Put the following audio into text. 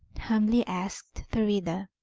humbly asked thurida.